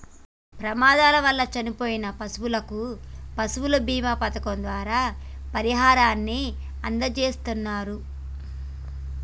ప్రమాదాల వల్ల చనిపోయిన పశువులకు పశువుల బీమా పథకం ద్వారా పరిహారాన్ని అందజేస్తున్నరు